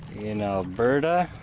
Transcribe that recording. in alberta.